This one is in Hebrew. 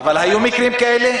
אבל היו מקרים כאלה?